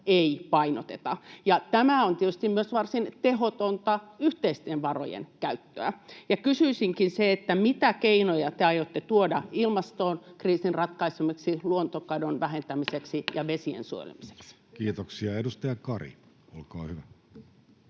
ei painoteta, ja tämä on tietysti myös varsin tehotonta yhteisten varojen käyttöä. Kysyisinkin: mitä keinoja te aiotte tuoda ilmastokriisin ratkaisemiseksi, luontokadon vähentämiseksi ja vesien suojelemiseksi? Kiitoksia. — Edustaja Kari, olkaa hyvä.